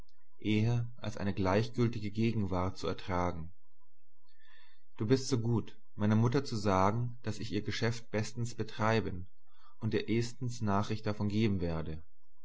eher als eine gleichgültige gegenwart zu ertragen du bist so gut meiner mutter zu sagen daß ich ihr geschäft bestens betreiben und ihr ehstens nachricht davon geben werde